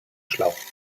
schlauch